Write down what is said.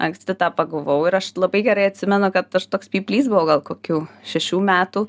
anksti tą pagavau ir aš labai gerai atsimenu kad toks pyplys buvau gal kokių šešių metų